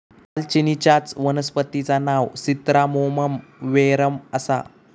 दालचिनीचच्या वनस्पतिचा नाव सिन्नामोमम वेरेम आसा